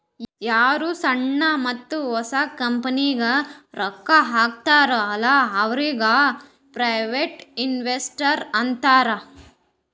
ಯಾರು ಸಣ್ಣು ಮತ್ತ ಹೊಸ ಕಂಪನಿಗ್ ರೊಕ್ಕಾ ಹಾಕ್ತಾರ ಅಲ್ಲಾ ಅವ್ರಿಗ ಪ್ರೈವೇಟ್ ಇನ್ವೆಸ್ಟರ್ ಅಂತಾರ್